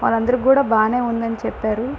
వాళ్ళందరికి కూడా బాగా ఉంది అని చెప్పారు